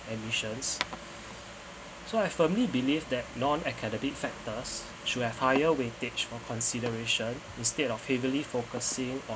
admissions so I firmly believe that non-academic factors should have higher weightage for consideration instead of favourably focusing on